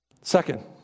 Second